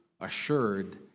assured